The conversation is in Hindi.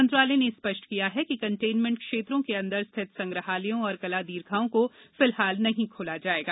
मंत्रालय ने स्पष्ट किया है कि कन्टेन्मेंट क्षेत्रों के अंदर स्थित संग्रहालयों और कला दीर्घाओं को फिलहाल नहीं खोला जायेगा